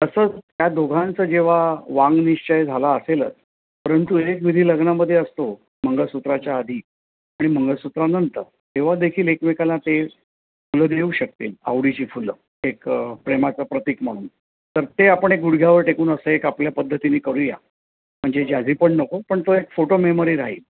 तसंच त्या दोघांचं जेव्हा वाङ्निश्चय झाला असेलच परंतु एक विधी लग्नामध्ये असतो मंगळसूत्राच्या आधी आणि मंगळसूत्रानंतर तेव्हा देखील एकमेकाला ते फुलं देऊ शकतील आवडीची फुलं एक प्रेमाचं प्रतीक म्हणून तर ते आपण एक गुडघ्यावर टेकून असं एक आपल्या पद्धतीने करूया म्हणजे जॅझी पण नको पण तो एक फोटो मेमरी राहील